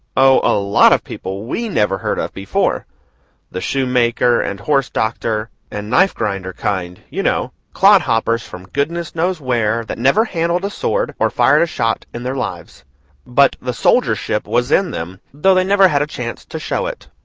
oh, a lot of people we never heard of before the shoemaker and horse-doctor and knife-grinder kind, you know clodhoppers from goodness knows where that never handled a sword or fired a shot in their lives but the soldiership was in them, though they never had a chance to show it.